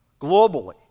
Globally